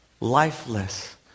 Lifeless